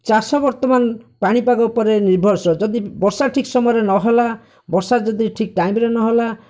ଚାଷ ବର୍ତ୍ତମାନ ପାଣିପାଗ ଉପରେ ନିର୍ଭରଶୀଳ ଯଦି ବର୍ଷା ଠିକ୍ ସମୟରେ ନହେଲା ବର୍ଷା ଯଦି ଠିକ୍ ଟାଇମରେ ନହେଲା